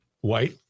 White